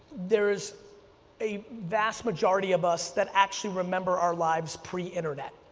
there's a vast majority of us that actually remember our lives pre-internet.